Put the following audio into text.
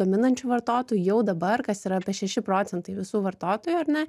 gaminančių vartotojų jau dabar kas yra apie šeši procentai visų vartotojų ar ne